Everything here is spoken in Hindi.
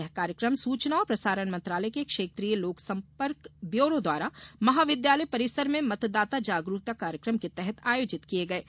यह कार्यक्रम सूचना और प्रसारण मंत्रालय के क्षेत्रीय लोक सम्पर्क ब्यूरो द्वारा महाविद्यालय परिसर में मतदाता जागरूकता कार्यक्रम के तहत आयोजित किये गये